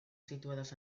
situadas